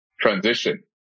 transition